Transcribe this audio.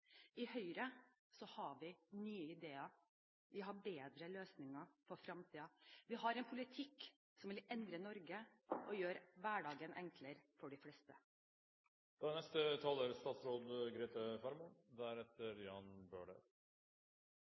I Høyre har vi nye ideer, og vi har bedre løsninger på fremtiden. Vi har en politikk som vil endre Norge og gjøre hverdagen enklere for de fleste. Kjernen i regjeringens politiske prosjekt er